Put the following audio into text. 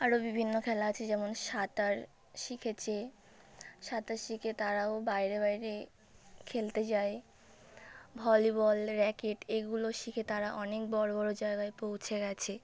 আরও বিভিন্ন খেলা আছে যেমন সাঁতার শিখেছে সাঁতার শিখে তারাও বাইরে বাইরে খেলতে যায় ভলিবল র্যাকেট এগুলো শিখে তারা অনেক বড় বড় জায়গায় পৌঁছে গেছে